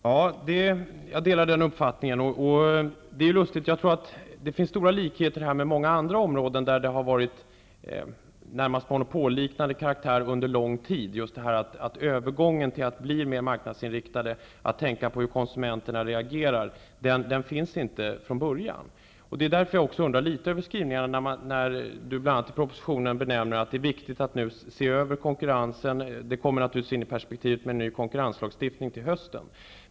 Herr talman! Jag delar den uppfattningen. Det finns här stora likheter med situationen på många andra områden där förhållandena under lång tid har varit av närmast monopolliknande karaktär. Jag tänker då på just övergången till att bli mer marknadsinriktad; inriktningen att tänka på hur konsumenterna reagerar finns inte från början. Det är också därför som jag undrar litet över skrivningarna när jordbruksministern bl.a. i propositionen säger att det är viktigt att nu se över konkurrensen -- det kommer naturligtvis in i perspektiv av att vi får en ny konkurrenslagstiftning till hösten.